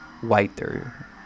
whiter